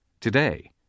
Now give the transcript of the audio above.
Today